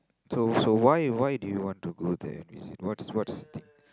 so so why why do you want to go there reason what's what's thing